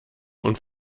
und